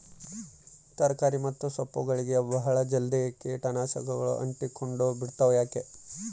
ತರಕಾರಿ ಮತ್ತು ಸೊಪ್ಪುಗಳಗೆ ಬಹಳ ಜಲ್ದಿ ಕೇಟ ನಾಶಕಗಳು ಅಂಟಿಕೊಂಡ ಬಿಡ್ತವಾ ಯಾಕೆ?